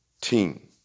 team